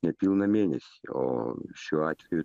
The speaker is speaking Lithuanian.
nepilną mėnesį o šiuo atveju